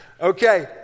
okay